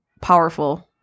powerful